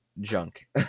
Junk